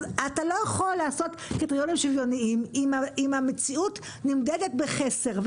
אז אתה לא יכול לעשות קריטריונים שוויוניים אם המציאות נמדדת בחסר,